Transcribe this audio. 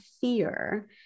fear